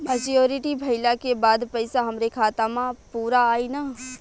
Maturity भईला के बाद पईसा हमरे खाता म पूरा आई न?